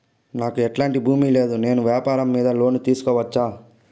నాకు ఎట్లాంటి భూమి లేదు నేను వ్యాపారం మీద లోను తీసుకోవచ్చా?